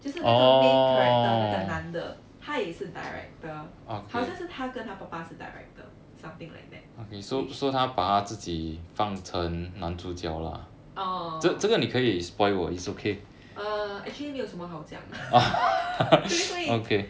就是那个 main character 那个男的他也是 director 好像是他跟他的爸爸是 director something like that which orh orh uh actually 没有什么好讲 因为